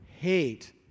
hate